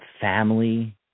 family